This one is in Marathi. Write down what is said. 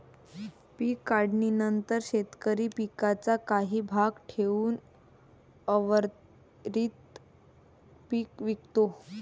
पीक काढणीनंतर शेतकरी पिकाचा काही भाग ठेवून उर्वरित पीक विकतो